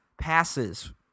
passes